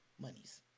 monies